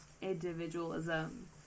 individualism